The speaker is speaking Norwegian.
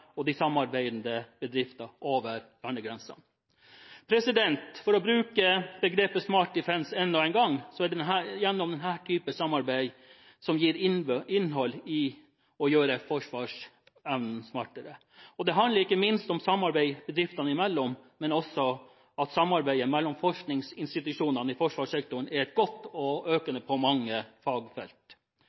og de samarbeidende bedriftene over landegrensene. For å bruke begrepet «Smart Defence» enda en gang er det denne typen samarbeid som gir innhold til det å gjøre forsvarsevnen smartere. Det handler ikke minst om samarbeid bedriftene imellom, men også om at samarbeidet mellom forskningsinstitusjonene i forsvarssektoren er godt og økende på mange fagfelt.